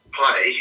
play